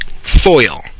foil